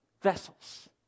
vessels